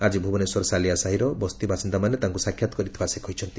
ଆକି ଭୁବନେଶ୍ୱର ସାଲିଆ ସାହିର ବସ୍ତିବାସିନ୍ଦାମାନେ ତାଙ୍ଙ ସାକ୍ଷାତ କରିଥିବା ସେ କହିଛନ୍ତି